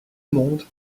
monde